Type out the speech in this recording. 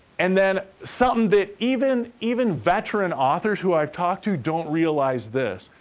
and then, something that even even veteran authors who i've talked to don't realize this.